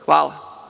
Hvala.